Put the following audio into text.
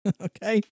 okay